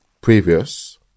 previous